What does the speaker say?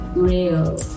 Real